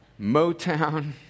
Motown